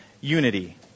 unity